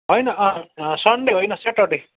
होइन सन्डे होइन सेटर्डे